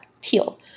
Teal